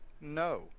no